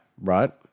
Right